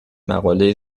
مقاله